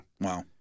Wow